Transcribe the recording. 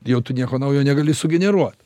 jau tu nieko naujo negali sugeneruot